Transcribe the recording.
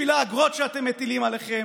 בשביל האגרות שאתם מטילים עליהם,